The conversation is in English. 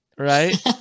Right